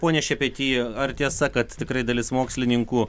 pone šepety ar tiesa kad tikrai dalis mokslininkų